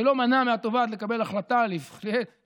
זה לא מנע מהתובעת לקבל החלטה לחקור